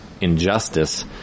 injustice